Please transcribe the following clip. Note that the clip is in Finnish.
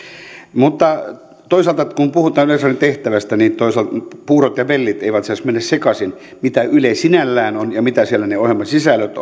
mutta toisaalta kun puhutaan yleisradion tehtävästä puurot ja vellit eivät saisi mennä sekaisin mitä yle sinällään on ja mitä siellä ne ohjelmasisällöt